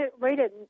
rated